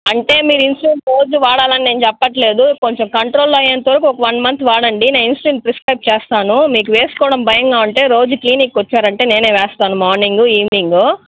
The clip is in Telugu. అంటే మీరు ఇన్సులిన్ రోజు వాడాలి అని నేను చెప్పటంలేదు కొంచెం కంట్రోల్ అయ్యేంతవరకు ఒక వన్ మంత్ వాడండి నేను ఇన్సులిన్ ప్రిస్క్రైబ్ చేస్తాను మీకు వేసుకోవడం భయంగా ఉంటే రోజు క్లినిక్కి వచ్చారంటే నేనే వేస్తాను మార్నింగు ఈవెనింగు